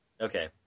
Okay